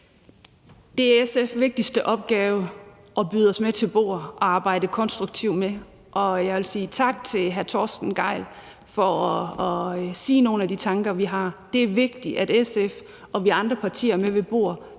Det er SF's vigtigste opgave at sidde med ved bordet og byde ind og arbejde konstruktivt med. Og jeg vil sige tak til hr. Torsten Gejl for at komme med nogle af de tanker, vi har. Det er vigtigt, at SF og andre partier er med ved